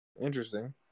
Interesting